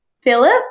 Philip